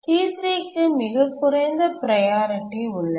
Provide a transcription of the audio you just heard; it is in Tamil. T3 க்கு மிகக் குறைந்த ப்ரையாரிட்டி உள்ளது